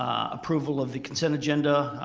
approval of the consent agenda,